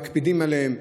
ומקפידה עליהן.